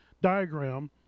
diagram